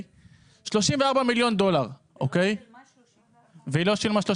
34 מיליון דולר והוא לא שילמה 34